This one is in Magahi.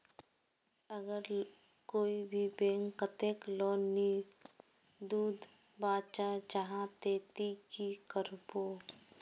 अगर कोई भी बैंक कतेक लोन नी दूध बा चाँ जाहा ते ती की करबो?